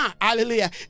hallelujah